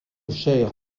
chaire